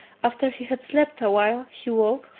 after he had slept a while, he awoke,